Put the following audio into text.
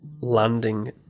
landing